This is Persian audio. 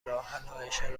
راهحلهایشان